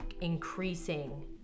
increasing